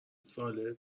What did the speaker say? ساله